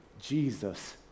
Jesus